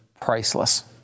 priceless